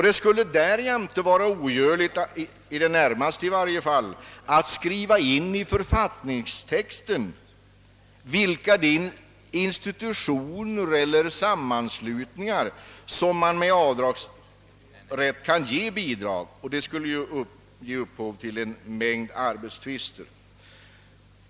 Det skulle därjämte vara i det närmaste ogörligt att skriva in i författningstexten vilka institutioner eller sammanslutningar som man med avdragsrätt kan ge bidrag. Detta skulle ge upphov till en mängd arbetstvister.